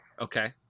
Okay